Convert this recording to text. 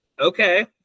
Okay